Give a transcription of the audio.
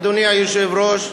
אדוני היושב-ראש,